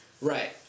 Right